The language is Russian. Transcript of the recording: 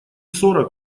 сорок